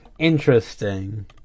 interesting